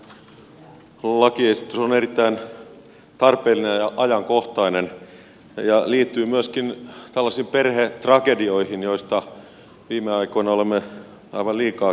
tämä lakiesitys on erittäin tarpeellinen ja ajankohtainen ja liittyy myöskin tällaisiin perhetragedioihin joista viime aikoina olemme aivan liikaakin kuulleet